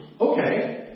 Okay